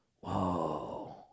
whoa